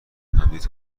تمدید